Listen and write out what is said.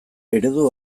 eredu